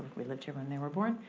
we lived here when they were born,